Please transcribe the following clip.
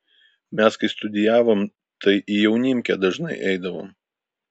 mes kai studijavom tai į jaunimkę dažnai eidavom